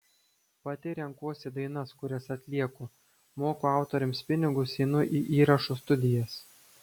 pati renkuosi dainas kurias atlieku moku autoriams pinigus einu į įrašų studijas